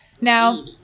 Now